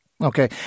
Okay